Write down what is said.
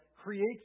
creates